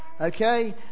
okay